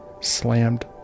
slammed